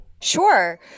Sure